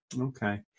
okay